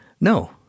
No